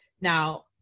Now